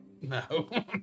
no